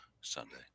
Sunday